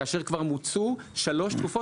כאשר כבר מוצו שלוש תקופות.